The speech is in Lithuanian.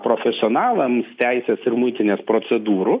profesionalams teises ir muitinės procedūrų